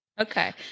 Okay